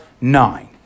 nine